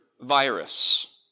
virus